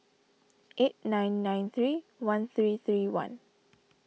eight nine nine three one three three one